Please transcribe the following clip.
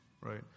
right